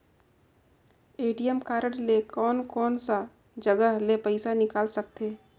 ATM card ले कोन कोन सा जगह ले पइसा निकाल सकथे?